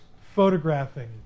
photographing